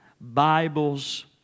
Bibles